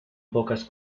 pocas